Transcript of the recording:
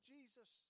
Jesus